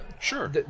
Sure